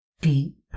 Deep